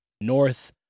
north